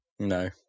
No